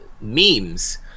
memes